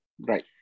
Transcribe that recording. Right